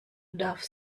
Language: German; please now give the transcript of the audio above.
darf